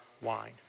wine